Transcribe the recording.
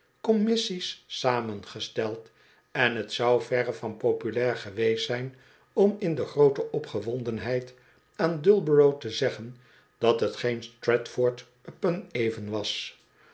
commissies samengesteld en t zou verre van populair geweest zijn om in de groote opgewondenheid aan dullborough te zeggen dat t geen stradford upon avon was